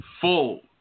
full